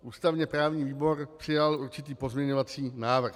Ústavněprávní výbor přijal určitý pozměňovací návrh.